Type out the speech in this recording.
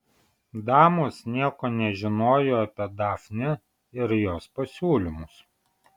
damos nieko nežinojo apie dafnę ir jos pasiūlymus